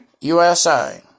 USA